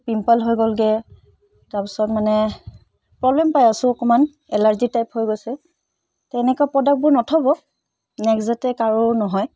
pimple হৈ গ'লগৈ তাৰপিছত মানে প্ৰবলেম পাই আছোঁ অকণমান এলাৰ্জি টাইপ হৈ গৈছে তেনেকুৱা প্ৰডাক্টবোৰ নথ'ব নেক্সট যাতে কাৰো নহয়